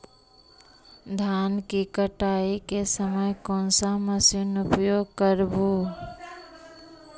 धान की कटाई के समय कोन सा मशीन उपयोग करबू?